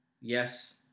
Yes